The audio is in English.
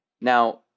Now